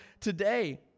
today